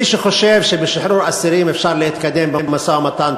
מי שחושב שבשחרור אסירים אפשר להתקדם במשא-ומתן,